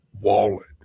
wallet